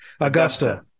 Augusta